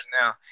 now